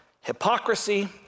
hypocrisy